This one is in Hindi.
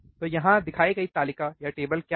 तो यहां दिखाई गई तालिका क्या है